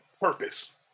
purpose